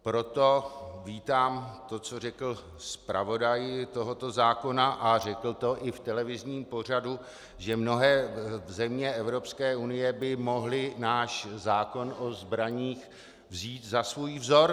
Proto vítám to, co řekl zpravodaj tohoto zákona, a řekl to i v televizním pořadu, že mnohé země Evropské unie by mohly náš zákon o zbraních vzít za svůj vzor.